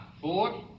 four